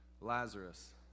Lazarus